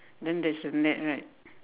then there's a net right